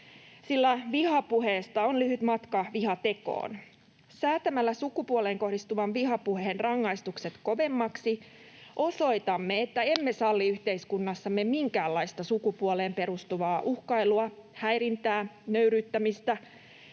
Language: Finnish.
sillä vihapuheesta on lyhyt matka vihatekoon. Säätämällä sukupuoleen kohdistuvan vihapuheen rangaistukset kovemmiksi osoitamme, että emme salli yhteiskunnassamme minkäänlaista sukupuoleen perustuvaa uhkailua, häirintää, nöyryyttämistä,